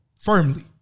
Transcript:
firmly